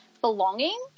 belonging